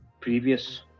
Previous